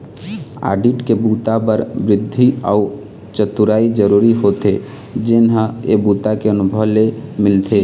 audit के बूता बर बुद्धि अउ चतुरई जरूरी होथे जेन ह ए बूता के अनुभव ले मिलथे